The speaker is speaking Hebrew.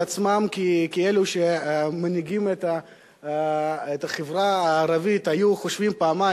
עצמם כאלו שמנהיגים את החברה הערבית היו חושבים פעמיים.